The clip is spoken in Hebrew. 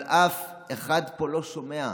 אבל אף אחד פה לא שומע.